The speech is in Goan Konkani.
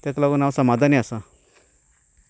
ताका लागून हांव समाधानी आसां